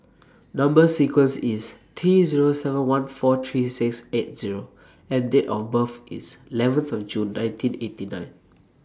Number sequence IS T Zero seven one four three six eight O and Date of birth IS eleven five June nineteen eighty nine